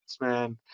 man